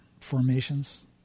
formations